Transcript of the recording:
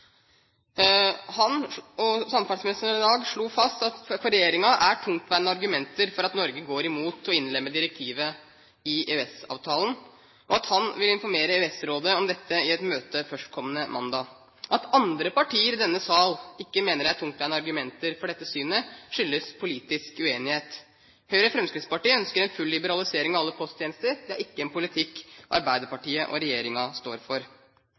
Han – og samferdselsministeren i dag – slo fast at det for regjeringen er tungtveiende argumenter for at Norge går imot å innlemme direktivet i EØS-avtalen, og at han vil informere EØS-rådet om dette i et møte førstkommende mandag. At andre partier i denne sal ikke mener det er tungtveiende argumenter for dette synet, skyldes politisk uenighet. Høyre og Fremskrittspartiet ønsker en full liberalisering av alle posttjenester. Det er ikke en politikk Arbeiderpartiet og regjeringen står for.